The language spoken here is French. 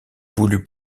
voulu